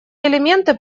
элементы